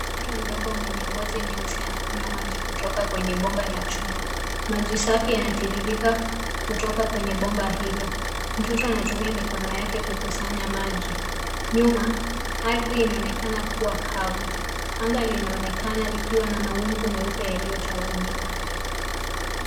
Mtoto mdogo mwenye ngozi nyeusi anakunywa maji kutoka kwenye bomba la chuma. Maji safi yanatiririka kutoka kwenye bomba hilo. Mtoto anatumia mikono yake kukusanya maji. Nyuma, ardhi inaonekana kuwa kavu. Anga linaonekana likiwa na mawingu meupe yaliyotawanyika.